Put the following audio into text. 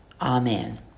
Amen